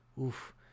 oof